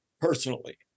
personally